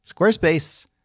Squarespace